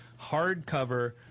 hardcover